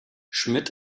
schmidt